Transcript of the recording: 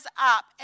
up